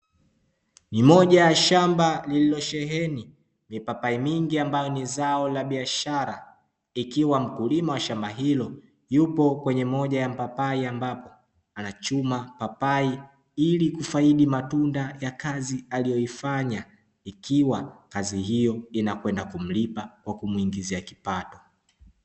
Moja ya shamba lililosheheni mipapai mingi ambayo ni zao la biashara ikiwa mkulima wa shamba hilo yupo kwenye moja ya mpapai ambapo anachuma papai, ili kufaidi matunda ya kazi aliyoifanya ikiwa kazi hiyo inakwenda kumlipa kwa kumuingizia kipato.